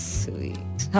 sweet